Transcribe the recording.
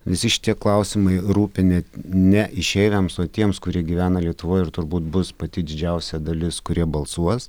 visi šie klausimai rūpi ne ne išeiviams o tiems kurie gyvena lietuvoj ir turbūt bus pati didžiausia dalis kurie balsuos